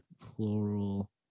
plural